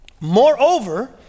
moreover